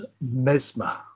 Mesmer